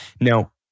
Now